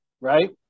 right